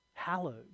hallowed